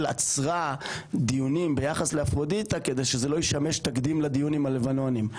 עצרה דיונים ביחס לאפרודיטה כדי שזה לא ישמש תקדים לדיון עם הלבנונים.